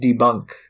debunk